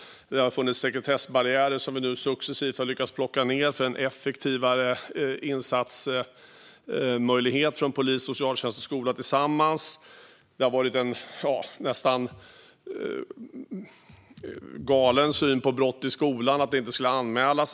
Det har funnits sekretessbarriär som vi nu successivt har lyckats plocka ned för en effektivare insatsmöjlighet från polis, socialtjänst och skola tillsammans. Det var en tid en nästan galen syn på brott i skolan, att de inte skulle anmälas.